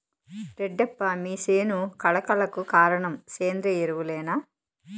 రెడ్డప్ప మీ సేను కళ కళకు కారణం సేంద్రీయ ఎరువులేనా